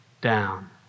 down